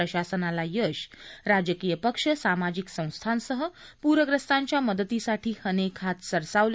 प्रशासनाला यश राजकीय पक्ष सामाजिक संस्थांसह प्रग्रस्तांच्या मदतीसाठी अनेक हात सरसावले